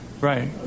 Right